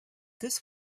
this